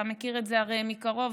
אתה מכיר את זה הרי מקרוב,